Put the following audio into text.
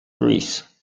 greece